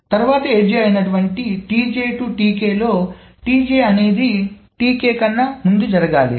తరువాత ఎడ్జ్ అయినటువంటి to లో అనేది కన్నా ముందుగా జరగాలి